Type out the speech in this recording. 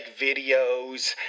videos